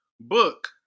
book